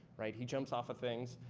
right? he jumps off of things,